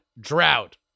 drought